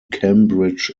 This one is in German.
cambridge